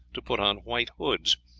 to put on white hoods,